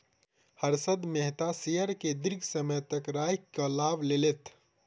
Harshad Mehta share के दीर्घ समय तक राइख के लाभ लेलैथ